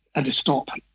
and just stop?